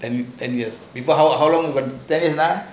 ten ten years before how long ten years ah